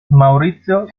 maurizio